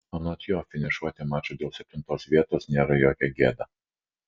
anot jo finišuoti maču dėl septintos vietos nėra jokia gėda